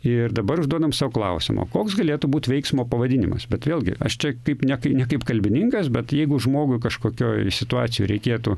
ir dabar užduodam sau klausimą koks galėtų būt veiksmo pavadinimas bet vėlgi aš čia kaip ne kai ne kaip kalbininkas bet jeigu žmogui kažkokioj situacijoj reikėtų